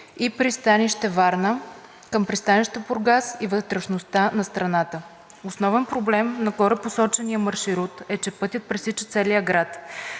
и пристанище Варна към пристанище Бургас и вътрешността на страната. Основен проблем на горепосочения маршрут е, че пътят пресича целия град.